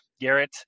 Garrett